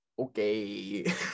Okay